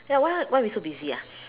ya why ah why we so busy ah